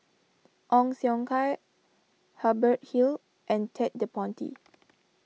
Ong Siong Kai Hubert Hill and Ted De Ponti